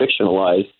fictionalized